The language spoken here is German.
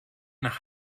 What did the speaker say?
nach